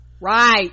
Right